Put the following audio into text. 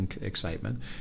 excitement